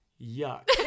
yuck